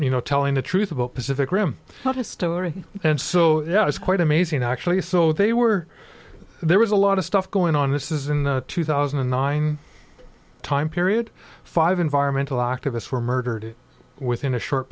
you know telling the truth about pacific rim distillery and so yeah it's quite amazing actually so they were there was a lot of stuff going on this is in the two thousand and nine time period five environmental activists were murdered within a short